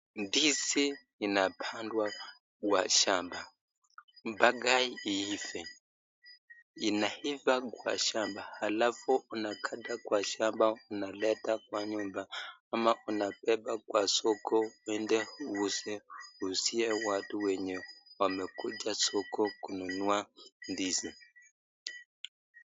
Ndizi inapandwa kwa shamba mpaka iive, inaiva kwa shamba halafu unakata kwa shamba unaleta kwa nyumba ama unabeba kwa soko uende uuzie watu wenye wamekuja soko kununua ndizi.